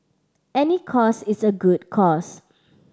any cause is a good cause